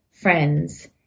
friends